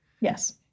Yes